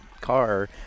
car